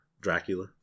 dracula